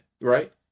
right